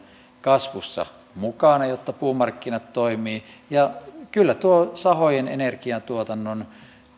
kasvussa mukana jotta puumarkkinat toimivat kyllä tuota sahojen energiantuotannon